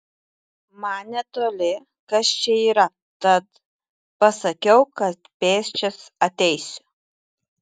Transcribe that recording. man netoli kas čia yra tad pasakiau kad pėsčias ateisiu